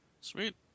Sweet